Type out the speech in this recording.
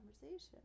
conversation